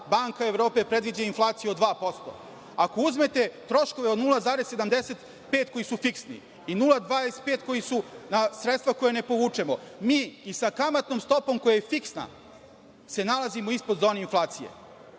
banka Evrope je predvidela inflaciju od 2%. Ako uzmete troškove od 0,75 koji su fiksni i 0,25 koji su sredstva koja ne povučemo, mi i sa kamatnom stopom koja je fiksna, se nalazimo ispod zone inflacije.U